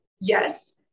Yes